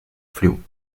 frio